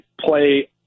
play